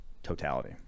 totality